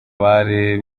bari